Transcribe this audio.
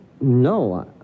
No